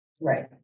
Right